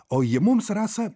o ji mums rasa